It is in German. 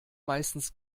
meistens